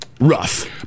rough